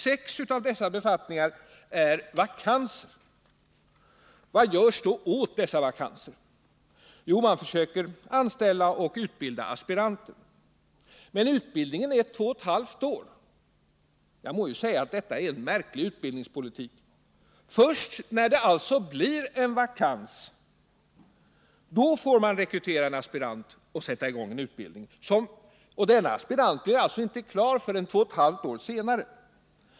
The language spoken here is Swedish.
Sex av dessa befattningar är vakanta. Vad görs då åt dessa vakanser? Jo, man försöker anställa och utbilda aspiranter. Men utbildningen tar två och ett halvt år. Jag må säga att detta är en märklig utbildningspolitik. Först när det blir en vakans får man alltså rekrytera en aspirant och sätta i gång en utbildning. Denna aspirant blir alltså klar först två och ett halvt år senare.